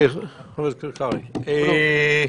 כנסת בעמידה בקביעת לוחות הזמנים של